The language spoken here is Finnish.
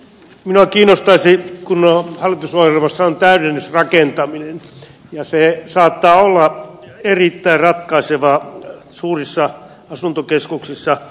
minua kiinnostaisi se kun hallitusohjelmassa on täydennysrakentaminen ja se saattaa olla erittäin ratkaiseva suurissa asuntokeskuksissa